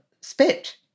spit